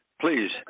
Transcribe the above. Please